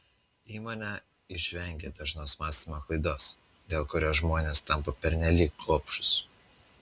įmonė išvengė dažnos mąstymo klaidos dėl kurios žmonės tampa pernelyg gobšūs